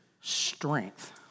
strength